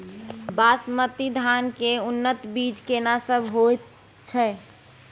बासमती धान के उन्नत बीज केना सब होयत छै?